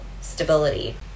stability